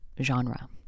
genre